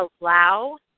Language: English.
allow